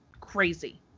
crazy